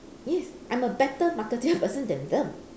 yes I'm a better marketing person than them